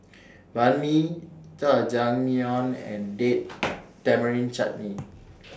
Banh MI Jajangmyeon and Date Tamarind Chutney